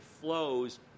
flows